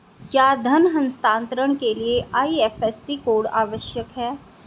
क्या धन हस्तांतरण के लिए आई.एफ.एस.सी कोड आवश्यक है?